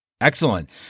Excellent